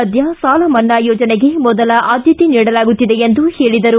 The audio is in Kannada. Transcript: ಸದ್ದ ಸಾಲಮನ್ನಾ ಯೋಜನೆಗೆ ಮೊದಲ ಆದ್ಭತೆ ನೀಡಲಾಗುತ್ತಿದೆ ಎಂದು ಹೇಳಿದರು